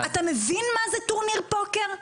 אתה מבין מה זה טורניר פוקר?